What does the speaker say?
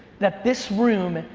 that this room,